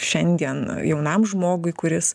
šiandien jaunam žmogui kuris